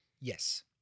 Yes